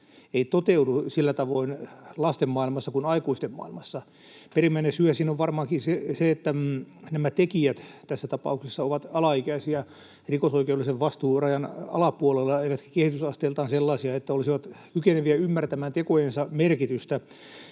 ei toteudu sillä tavoin lasten maailmassa kuin aikuisten maailmassa. Perimmäinen syyhän on varmaankin se, että nämä tekijät tässä tapauksessa ovat alaikäisiä ja rikosoikeudellisen vastuurajan alapuolella eivätkä ole kehitysasteeltaan sellaisia, että olisivat kykeneviä ymmärtämään tekojensa merkitystä.